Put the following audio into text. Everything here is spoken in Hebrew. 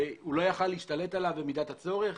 הוא לא יכול היה להשתלט עליו במידת הצורך?